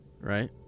right